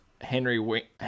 Henry